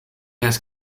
has